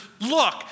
look